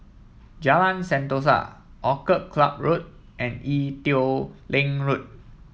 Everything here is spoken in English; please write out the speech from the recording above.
Jalan Sentosa Orchid Club Road and Ee Teow Leng Road